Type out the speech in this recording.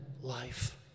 life